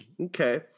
Okay